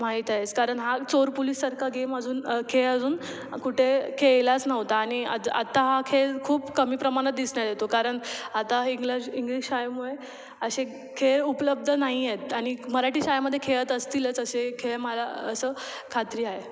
माहीत आहे कारण का चोर पोलीस सारखा गेम अजून खेळ अजून कुठे खेळलाच नव्हता आणि अद आता हा खेळ खूप कमी प्रमाणात दिसण्यात येतो कारण आता हे इंग्लज इंग्लिश शाळेमुळे असे खेळ उपलब्ध नाही आहेत आणि मराठी शाळेमध्ये खेळत असतीलच असे खेळ मला असं खात्री आहे